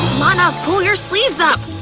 lana! pull your sleeves up!